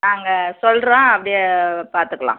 நாங்கள் சொல்கிறோம் அப்படியே பார்த்துக்கலாம்